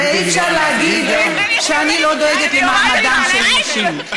ואי-אפשר להגיד שאני לא דואגת למעמדן של הנשים.